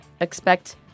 expect